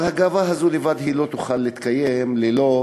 אבל הגאווה הזו לא תוכל להתקיים לבדה,